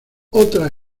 otra